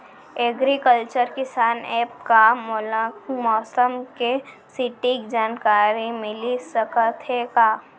Agriculture किसान app मा मोला मौसम के सटीक जानकारी मिलिस सकत हे का?